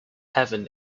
heaven